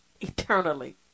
eternally